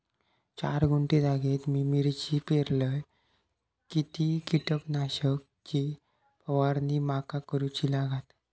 चार गुंठे जागेत मी मिरची पेरलय किती कीटक नाशक ची फवारणी माका करूची लागात?